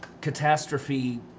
catastrophe